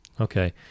Okay